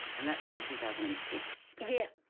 and that was in two thousand and six? yes.